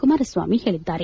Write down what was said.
ಕುಮಾರಸ್ವಾಮಿ ಪೇಳಿದ್ದಾರೆ